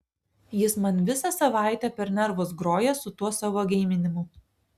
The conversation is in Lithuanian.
jis man visą savaitę per nervus groja su tuo savo geiminimu